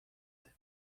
but